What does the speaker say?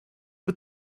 but